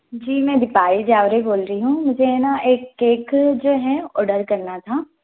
जी मैं दीपाली जावरे बोल रही हूँ मुझे हैं ना एक केक जो है ऑर्डर करना था